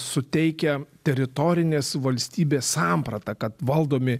suteikia teritorinės valstybės sampratą kad valdomi